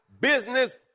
business